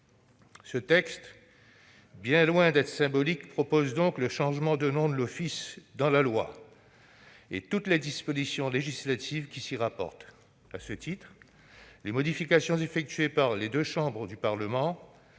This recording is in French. Ce texte, bien loin d'être symbolique, propose donc le changement de nom de l'Office dans toutes les dispositions législatives qui s'y rapportent. À ce titre, les modifications effectuées par les deux chambres du Parlement